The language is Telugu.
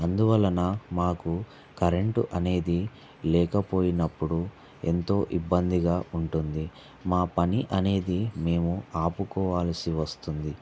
అందువలన మాకు కరెంట్ అనేది లేకపోయినప్పుడు ఎంతో ఇబ్బందిగా ఉంటుంది మా పని అనేది మేము ఆపుకోవాల్సివస్తుంది